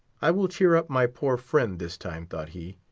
i will cheer up my poor friend, this time, thought he.